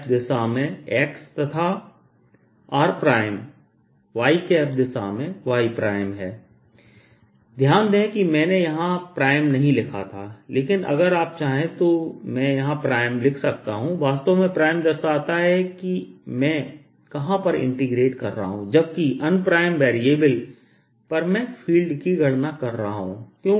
304πIdy y ×xx yyx2y232 ध्यान दें कि मैंने यहां प्राइम नहीं लिखा था लेकिन अगर आप चाहें तो मैं यहां प्राइम लिख सकता हूं वास्तव में प्राइम दर्शाता है कि मैं कहां पर इंटीग्रेट कर रहा हूं जबकि अनप्राइम वेरिएबल पर मैं फील्ड की गणना कर रहा हूं